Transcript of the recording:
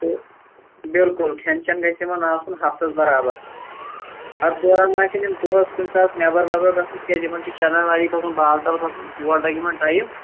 تہٕ بِلکُل کھیٚن چیٚن گژھِ یِمن آسُن ہَفتس برابر اَتھ دوران ما آسن یِم دۄہس کُنہِ ساتہٕ نیٚبر وَبر گژھُن تِکیٚازِ یِمن چھُ چنٛدن واری کھَسُن بالٹل کھَسُن اوٗر لگہِ یِمن ٹایِم